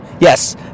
Yes